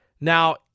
Now